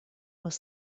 was